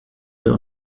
wir